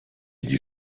gli